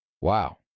Wow